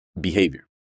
behavior